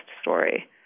story